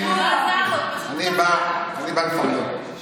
אני בא לפרגן.